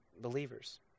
believers